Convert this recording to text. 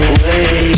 Away